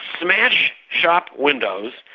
smash shop windows,